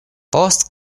post